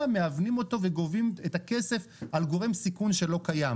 מהוונים אותו וגובים את הכסף על גורם סיכון שלא קיים.